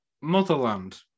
motherland